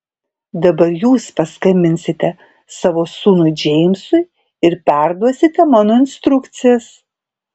dabar jūs paskambinsite savo sūnui džeimsui ir perduosite mano instrukcijas